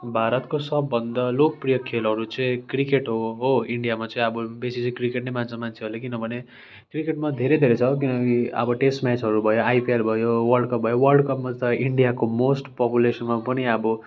भारतको सबभन्दा लोकप्रिय खेलहरू चाहिँ क्रिकेट हो हो इन्डियामा चाहिँ अब बेसी चाहिँ क्रिकेट नै मान्छ मान्छेहरूले किनभने क्रिकेटमा धेरै धेरै छ किनभने अब टेस्ट म्याचहरू आइपिएल भयो वर्ल्ड कप भयो वर्ल्ड कपमा त इन्डियाको मोस्ट पपुलेसनमा पनि अब